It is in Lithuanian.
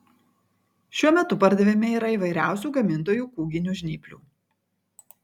šiuo metu pardavime yra įvairiausių gamintojų kūginių žnyplių